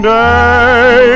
day